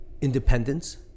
independence